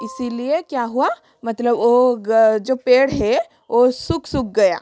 इसीलिए क्या हुआ मतलब ओ जो पेड़ है ओ सूख सूख गया